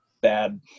bad